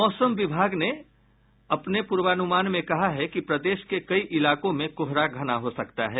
मौसम विभाग ने अपने पूर्वानुमान में कहा है कि प्रदेश के कई इलाकों में कोहरा घना हो सकता है